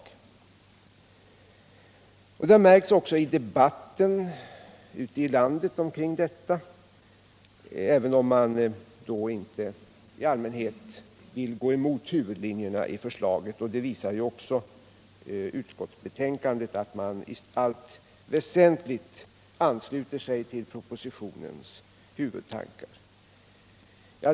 Det märks också i debatten ute i landet omkring detta ämne, även om man då inte vill gå emot huvudlinjerna i förslaget. Även utskottsbetänkandet visar att man i allt väsentligt ansluter sig till propositionens huvudtankar.